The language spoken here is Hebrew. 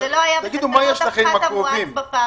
זה לא היה בפחת המואץ בפעם הקודמת.